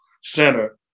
center